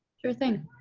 sure thing.